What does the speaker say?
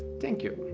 thank you.